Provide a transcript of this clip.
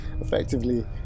Effectively